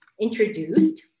introduced